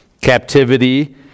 captivity